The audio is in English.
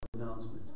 announcement